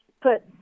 put